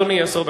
סוכם?